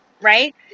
right